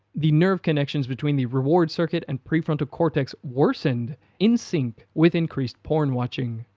the nerve connections between the reward circuit and prefrontal cortex worsened in sync with increased porn watching.